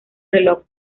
reloj